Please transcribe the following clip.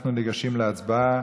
אנחנו ניגשים להצבעה.